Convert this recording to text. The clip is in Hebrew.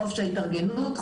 חופש ההתארגנות,